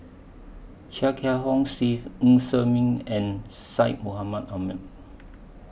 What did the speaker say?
Chia Kiah Hong Steve Ng Ser Miang and Syed Mohamed Ahmed